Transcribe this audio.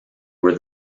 were